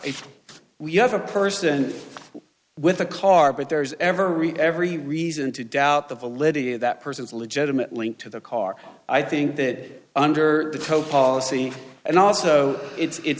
if you have a person with a car but there is every every reason to doubt the validity of that person's legitimate link to the car i think that under the code policy and also it's